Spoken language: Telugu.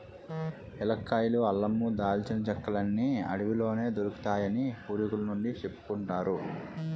ఏలక్కాయలు, అల్లమూ, దాల్చిన చెక్కలన్నీ అడవిలోనే దొరుకుతాయని పూర్వికుల నుండీ సెప్పుకుంటారు